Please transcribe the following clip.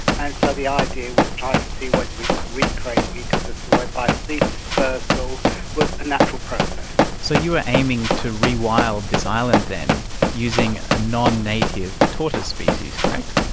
and so the idea was trying to see whether we could recreate an ecosystem whereby seed dispersal was a natural process. so you were aiming to re-wild this island then using a non-native tortoise species, correct?